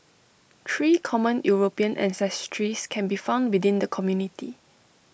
three common european ancestries can be found within the community